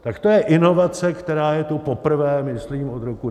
Tak to je inovace, která je tu poprvé, myslím od roku 1990.